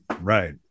Right